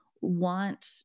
want